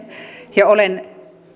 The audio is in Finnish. ja olen